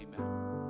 Amen